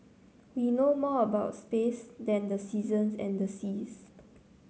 we know more about space than the seasons and the seas